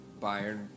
Bayern